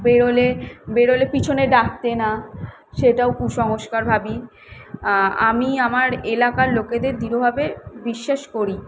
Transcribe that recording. বেরোলে বেরোলে পিছনে ডাকতে না সেইটাও কুসংস্কার ভাবি আমি আমার এলাকার লোকেদের দৃঢ়ভাবে বিশ্বাস করি